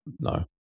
no